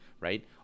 right